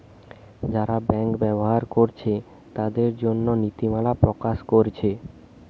যারা ব্যাংক ব্যবহার কোরছে তাদের জন্যে নীতিমালা প্রকাশ কোরছে